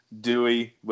Dewey